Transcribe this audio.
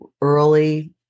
early